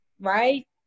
right